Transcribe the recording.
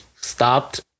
stopped